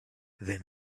then